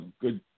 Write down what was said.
good